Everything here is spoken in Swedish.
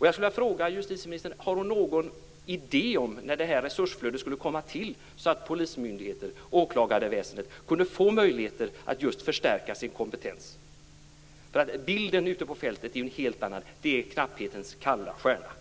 Jag skulle vilja fråga justitieministern om hon har någon idé om när detta resursflöde skall komma till, så att polismyndigheter och åklarväsendet kan få möjligheter att förstärka sin kompetens. Bilden ute på fältet är en helt annan. Det är knapphetens kalla stjärna.